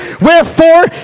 wherefore